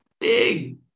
big